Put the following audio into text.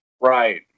Right